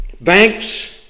Banks